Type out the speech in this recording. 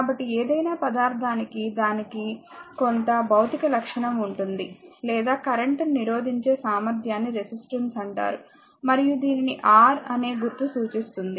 కాబట్టి ఏదైనా పదార్థానికి దానికి కొంత భౌతిక లక్షణం ఉంటుంది లేదా కరెంట్ను నిరోధించే సామర్థ్యాన్ని రెసిస్టెన్స్ అంటారు మరియు దీనిని R అనే గుర్తు సూచిస్తుంది